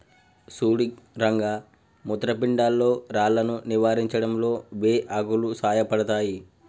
సుడు రంగ మూత్రపిండాల్లో రాళ్లను నివారించడంలో బే ఆకులు సాయపడతాయి